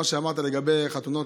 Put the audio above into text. מה שאמרת לגבי חתונות,